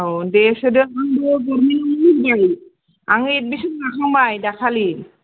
औ दे सोदो आंबो गरमेन्ट आवनो होबाय आरो आङो एडमिसन लाखांबाय दाखालि